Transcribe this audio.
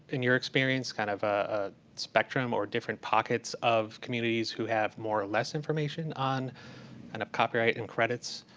in your experience, kind of a spectrum, or different pockets of communities who have more or less information on kind and of copyright and credits,